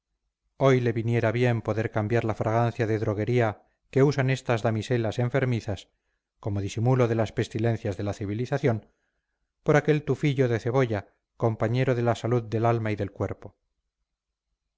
hoy le viniera bien poder cambiar la fragancia de droguería que usan estas damiselas enfermizas como disimulo de las pestilencias de la civilización por aquel tufillo de cebolla compañero de la salud del alma y del cuerpo